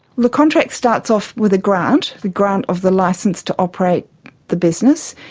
the contact starts off with a grant, the grant of the license to operate the business.